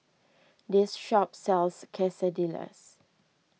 this shop sells Quesadillas